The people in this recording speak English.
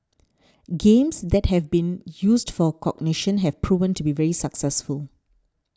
games that have been used for cognition have proven to be very successful